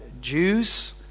Jews